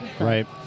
Right